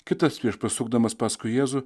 kitas prieš pasukdamas paskui jėzų